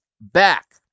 back